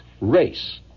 race